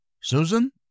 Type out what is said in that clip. Susan